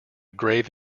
grave